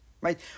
right